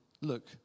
Look